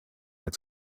its